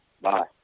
bye